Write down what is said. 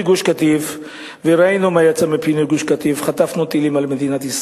גוש-קטיף וראינו מה יצא מפינוי גוש-קטיף,